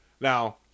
Now